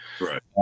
Right